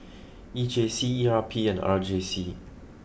E J C E R P and R J C